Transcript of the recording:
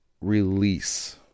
release